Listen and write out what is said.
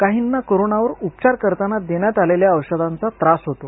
काहींना करोनावर उपचार करताना देण्यात आलेल्या औषधांचा त्रास होतो